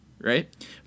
right